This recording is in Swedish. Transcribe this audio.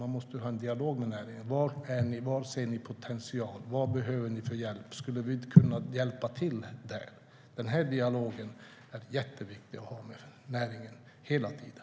Man måste ha en dialog med näringen och fråga var de ser potential och vilken hjälp de behöver. Man ska fråga: Skulle vi kunna hjälpa till där? Denna dialog är jätteviktig att föra med näringen hela tiden.